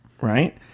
right